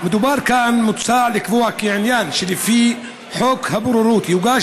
מוצע לקבוע כי עניין לפי חוק הבוררות יוגש